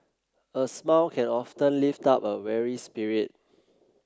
a smile can often lift up a weary spirit